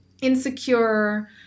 insecure